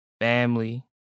family